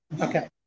Okay